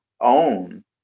own